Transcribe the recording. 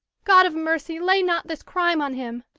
god of mercy, lay not this crime on him!